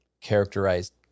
characterized